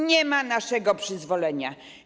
Nie ma naszego przyzwolenia.